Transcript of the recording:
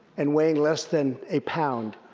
and weighing less than a pound,